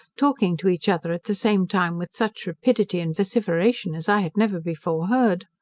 talking to each other at the same time with such rapidity and vociferation as i had never before heard.